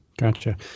Gotcha